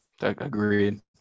Agreed